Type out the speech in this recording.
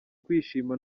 kwishima